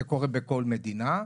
זה קורה בכל מדינה.